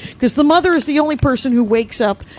because the mother is the only person who wakes up,